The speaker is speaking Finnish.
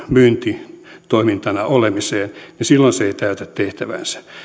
myyntitoimintaan silloin se ei täytä tehtäväänsä